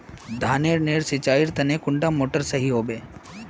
धानेर नेर सिंचाईर तने कुंडा मोटर सही होबे?